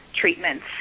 treatments